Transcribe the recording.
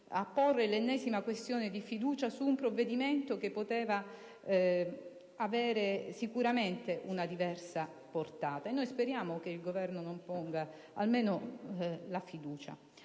apporre l'ennesima questione di fiducia su un provvedimento che poteva avere sicuramente una diversa portata. E noi speriamo che il Governo non ponga almeno la fiducia.